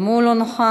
גם הוא לא נוכח.